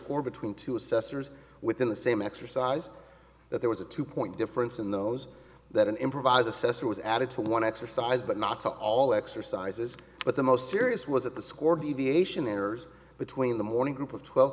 score between two assessors within the same exercise that there was a two point difference in those that an improvised assessor was added to one exercise but not all exercises but the most serious was at the score deviation errors between the morning group of twelve